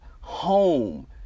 home